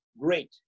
great